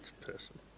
person